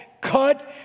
Cut